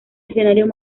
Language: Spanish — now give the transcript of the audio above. escenarios